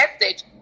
message